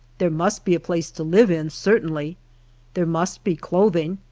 there must be a place to live in, certainly there must be clothing,